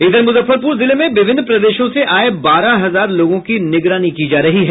इधर मुजफ्फरपुर जिले में विभिन्न प्रदेशों से आये बारह हजार लोगों की निगरानी की जा रही है